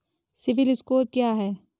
CIBIL score क्या है?